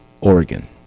Oregon